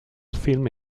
film